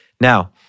Now